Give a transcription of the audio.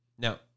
Now